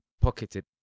pocketed